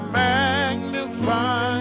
magnify